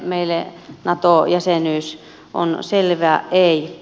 meille nato jäsenyys on selvä ei